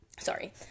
Sorry